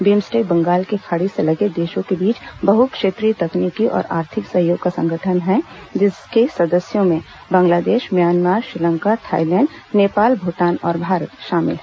BIMSTEC Bengal की खाड़ी से लगे देशों के बीच बहुक्षेत्रीय तकनीकी और आर्थिक सहयोग का संगठन है जिसके सदस्यों में बंगलादेश म्यामां श्रीलंका थाईलैंड नेपाल भूटान और भारत शामिल हैं